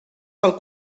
pel